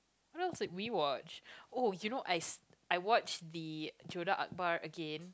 what else did you watch oh you know I I watched the Jodar-ArkBar again